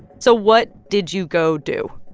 so what did you go do?